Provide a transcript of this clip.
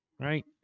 Right